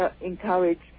encourage